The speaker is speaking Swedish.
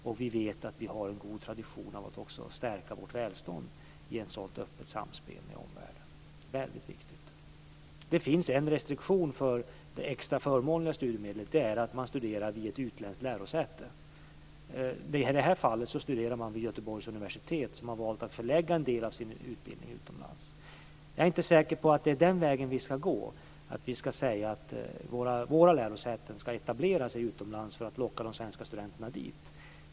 Vi vet också att vi har en god tradition av att stärka vårt välstånd i ett sådant öppet samspel med omvärlden. Det är mycket viktigt. Det finns en restriktion för det extra förmånliga studiemedlet, och det är att man studerar vid ett utländskt lärosäte. I det här fallet studerar man vid Göteborgs universitet, som har valt att förlägga en del av sin utbildning utomlands. Jag är inte säker på att det är den vägen vi ska gå - att säga att våra lärosäten ska etablera sig utomlands för att locka de svenska studenterna dit.